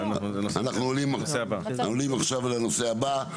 אנחנו עוברים עכשיו לפרק הבא.